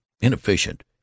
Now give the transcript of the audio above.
inefficient